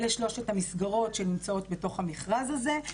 אלה שלוש המסגרת שנמצאות בתוך המכרז הזה.